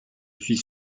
suis